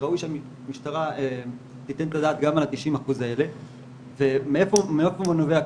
שראוי שהמשטרה תיתן את הדעת גם על ה-90 אחוז האלה ומאיפה נובע הקושי,